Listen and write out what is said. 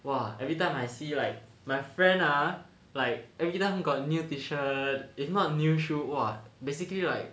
!wah! everytime I see like my friend ah like everytime got new T-shirt if not new shoe !wah! basically like